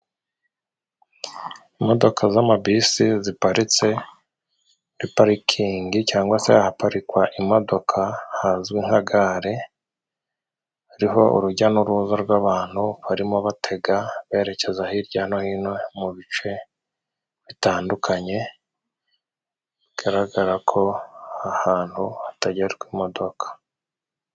Imodoka z'amabisi ziparitse muri parikingi cyangwag se ahaparikwa imodoka hazwi nka gare. Hariho urujya n'uruza rw'abantu, barimo batega berekeza hirya no hino mu bice bitandukanye, bigaragara ko ahantu hatagerwa imodoka.